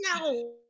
no